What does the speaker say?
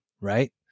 right